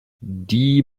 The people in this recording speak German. die